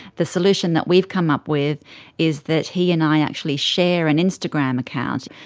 the solution that we've come up with is that he and i actually share an instagram account.